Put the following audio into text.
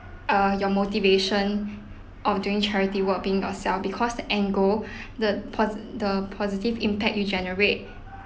uh your motivation of doing charity work being yourself because the end goal the posi~ the positive impact you generate